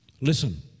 Listen